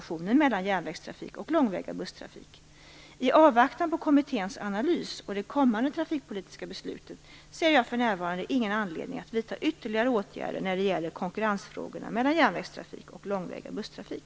I avvaktan på kommitténs analys och det kommande trafikpolitiska beslutet ser jag för närvarande ingen anledning att vidta ytterligare åtgärder när det gäller konkurrensfrågorna mellan järnvägstrafik och långväga busstrafik.